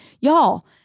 Y'all